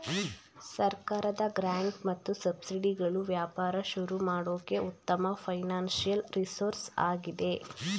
ಸರ್ಕಾರದ ಗ್ರಾಂಟ್ ಮತ್ತು ಸಬ್ಸಿಡಿಗಳು ವ್ಯಾಪಾರ ಶುರು ಮಾಡೋಕೆ ಉತ್ತಮ ಫೈನಾನ್ಸಿಯಲ್ ರಿಸೋರ್ಸ್ ಆಗಿದೆ